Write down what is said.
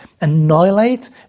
annihilate